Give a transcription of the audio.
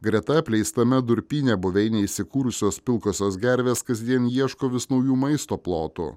greta apleistame durpyne buveinėj įsikūrusios pilkosios gervės kasdien ieško vis naujų maisto plotų